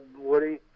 Woody